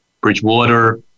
Bridgewater